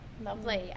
Lovely